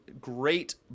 great